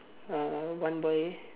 uh one boy